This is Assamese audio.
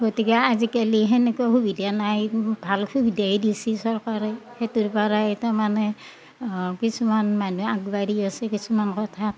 গতিকে আজিকালি তেনেকুৱা সুবিধা নাই ভাল সুবিধাই দিছে চৰকাৰে সেইটোৰ পাৰাই তাৰমানে কিছুমান মানুহে আগবাঢ়ি আইছি কিছুমান কথা